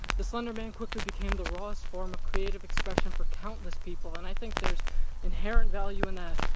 the slender man quickly became the rawest form of creative expression for countless people. and, i think there's inherent value in that.